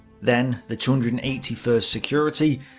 then the two hundred and eighty first security,